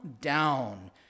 down